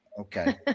Okay